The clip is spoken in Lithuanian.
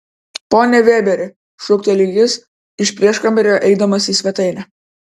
pone vėberi šūkteli jis iš prieškambario eidamas į svetainę